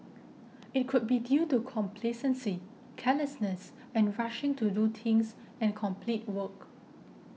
it could be due to complacency carelessness and rushing to do things and complete work